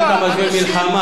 אם אתה משווה מלחמה,